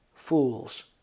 fools